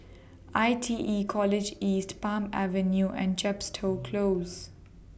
I T E College East Palm Avenue and Chepstow Close